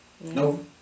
No